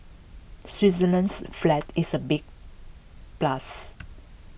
Switzerland's flag is A big plus